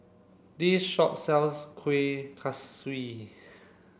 this shop sells Kuih Kaswi